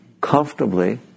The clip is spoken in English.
comfortably